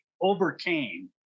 overcame